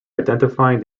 identifying